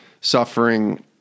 suffering